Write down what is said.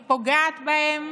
היא פוגעת בהם